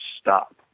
stop